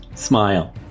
smile